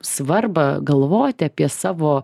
svarbą galvoti apie savo